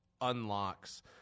unlocks